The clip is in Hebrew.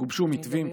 הוגשו מתווים,